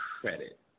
credit